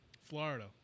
Florida